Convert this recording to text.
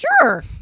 Sure